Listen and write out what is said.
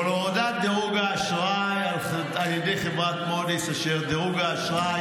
הורדת דירוג האשראי של מדינת ישראל